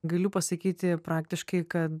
galiu pasakyti praktiškai kad